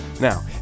Now